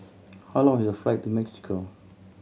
how long is the flight to Mexico